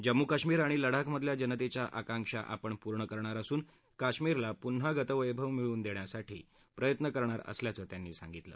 जम्मू काश्मीर आणि लडाखमधल्या जनतेच्या आकांक्षा आपण पूर्ण करणार असून काश्मीरला पुन्हा गतवैभव मिळवून देण्यासाठी प्रयत्न करणार असल्याचं त्यांनी सांगितलं